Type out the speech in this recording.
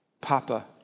Papa